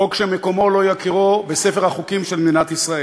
חוק שמקומו לא יכירו בספר החוקים של מדינת ישראל.